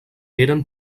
eren